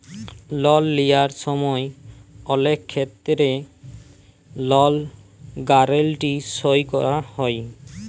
লল লিঁয়ার সময় অলেক খেত্তেরে লল গ্যারেলটি সই ক্যরা হয়